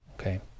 Okay